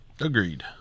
Agreed